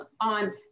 on